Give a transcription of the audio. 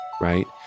right